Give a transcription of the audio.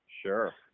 Sure